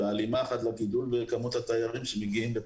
בהלימה אחת לכמות התיירות שמגיעים לכאן